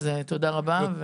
אז תודה רבה.